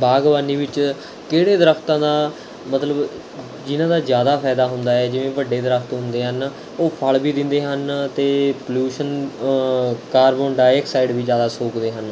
ਬਾਗਬਾਨੀ ਵਿੱਚ ਕਿਹੜੇ ਦਰੱਖਤਾਂ ਦਾ ਮਤਲਬ ਜਿਨ੍ਹਾਂ ਦਾ ਜ਼ਿਆਦਾ ਫਾਇਦਾ ਹੁੰਦਾ ਹੈ ਜਿਵੇਂ ਵੱਡੇ ਦਰੱਖਤ ਹੁੰਦੇ ਹਨ ਉਹ ਫਲ਼ ਵੀ ਦਿੰਦੇ ਹਨ ਅਤੇ ਪਲਿਊਸ਼ਨ ਕਾਰਬੋਨ ਡਾਈਆਕਸਾਈਡ ਵੀ ਜ਼ਿਆਦਾ ਸੋਖਦੇ ਹਨ